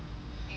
yeah